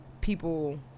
people